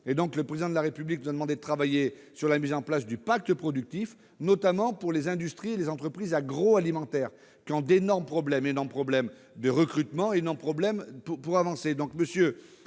dégrader. Le Président de la République nous a donc demandé de travailler à la mise en place du pacte productif, notamment pour les industries et les entreprises agroalimentaires, qui ont d'énormes problèmes à la fois en termes de recrutement et pour avancer.